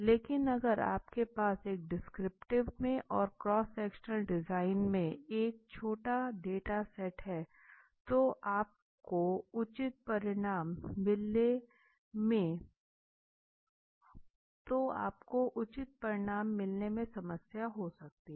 लेकिन अगर आपके पास डिस्क्रिप्टिव में और क्रॉस सेक्शनल डिज़ाइन में एक छोटा डेटा सेट है तो आपको उचित परिणाम मिलने में समस्या हो सकती है